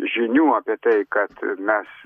žinių apie tai kad mes